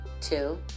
Two